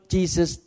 Jesus